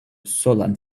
solan